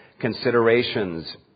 considerations